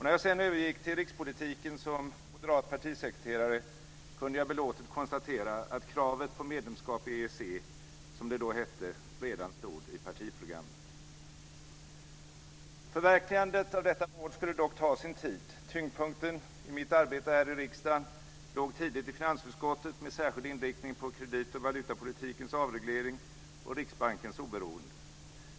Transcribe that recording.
När jag sedan övergick till rikspolitiken som moderat partisekreterare kunde jag belåtet konstatera att kravet på medlemskap i EEC, som det då hette, redan stod i partiprogrammet. Förverkligandet av detta mål skulle dock ta sin tid. Tyngdpunkten i mitt arbete här i riksdagen låg tidigt i finansutskottet med särskild inriktning på kredit och valutapolitikens avreglering och Riksbankens oberoende.